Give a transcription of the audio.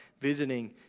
visiting